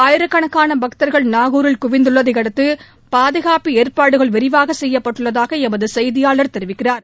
ஆயிரக்கணக்கான பக்தர்கள் நாகூரில் குவிந்துள்ளதை அடுத்து பாதுகாப்பு ஏற்பாடுகள் விரிவாக செய்யப்பட்டுள்ளதாக எமது செய்தியாளா் தெரிவிக்கிறாா்